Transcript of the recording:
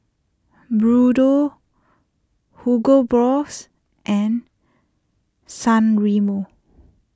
Bluedio Hugo Boss and San Remo